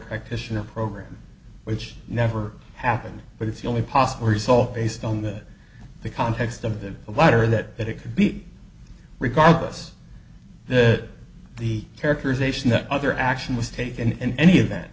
activation of a program which never happened but it's the only possible result based on that the context of the letter that that it could be regardless that the characterization that other action was taken in any event